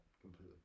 completely